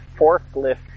forklift